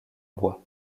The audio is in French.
bois